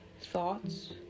Thoughts